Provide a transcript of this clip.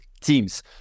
teams